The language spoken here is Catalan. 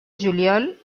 juliol